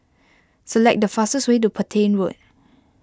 select the fastest way to Petain Road